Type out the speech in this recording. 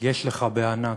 יש לך בענק,